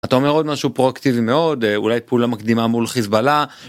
אתה אומר עוד משהו פרוקאטיבי מאוד, א.. אולי פעולה מקדימה מול חיזבאללה.